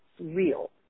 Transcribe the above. real